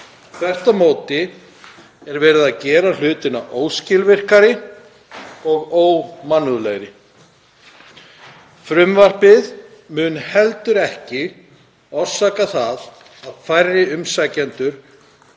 Þvert á móti er verið að gera hlutina óskilvirkari og ómannúðlegri. Frumvarpið mun heldur ekki orsaka það að færri umsækjendur